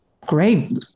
Great